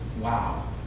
wow